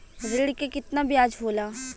ऋण के कितना ब्याज होला?